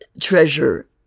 treasure